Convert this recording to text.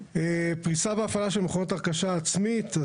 פריסה והפעלה של מכונות הרכשה עצמית.